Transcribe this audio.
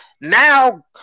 now